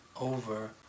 over